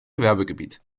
gewerbegebiet